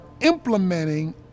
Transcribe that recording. implementing